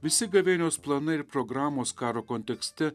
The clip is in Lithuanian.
visi gavėnios planai ir programos karo kontekste